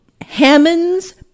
Hammond's